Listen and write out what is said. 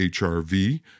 HR-V